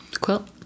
quilt